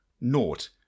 Nought